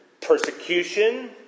persecution